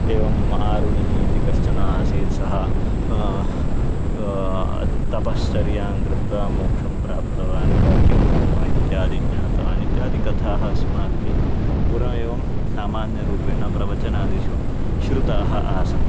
एवम् आरुणिः इति कश्चन आसीत् सः तपश्चर्यां कृत्वा मोक्षं प्राप्तवान् क किं ब्रह्मः इत्यादि ज्ञातवान् इत्यादयः कथाः अस्माभिः पुरा एवं सामान्यरूपेण प्रवचनादिषु श्रुताः आसन्